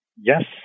Yes